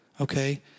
Okay